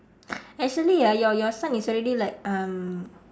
actually ah your your son is already like um